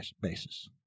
basis